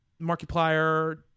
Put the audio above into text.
Markiplier